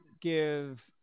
give